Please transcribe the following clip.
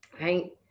right